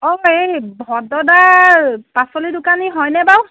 অ এই ভদ্ৰদা পাচলি দোকানী হয়নে বাৰু